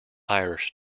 irish